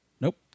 Nope